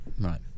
Right